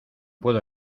puedo